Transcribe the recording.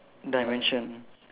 dimension